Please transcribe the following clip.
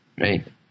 Right